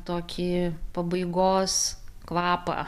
tokį pabaigos kvapą